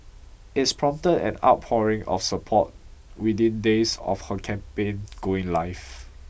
it's prompted an outpouring of support within days of her campaign going live